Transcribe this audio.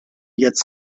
jetzt